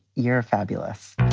you're a fabulous